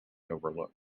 overlooked